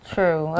True